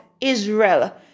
israel